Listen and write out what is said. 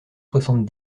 soixante